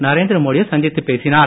நரேந்திரமோடியை சந்தித்து பேசினார்